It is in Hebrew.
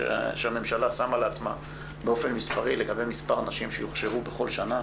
שהממשלה שמה לעצמה באופן מספרי לגבי מספר הנשים שיוכשרו בכל שנה